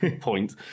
point